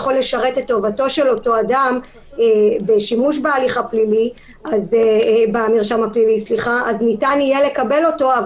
לשרת את אותו אדם אז כן ניתן יהיה לקבל אותו,